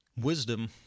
Wisdom